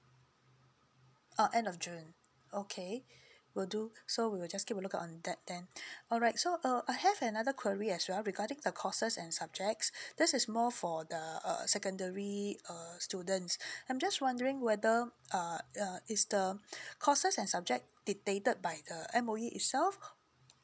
uh end of june okay will do so we'll just keep a look out on that then alright so uh I have another query as well regarding the courses and subjects this is more for the err secondary err students I'm just wondering whether uh uh is the courses and subject dictated by the M_O_E itself